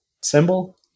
symbol